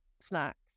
snacks